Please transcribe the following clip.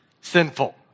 sinful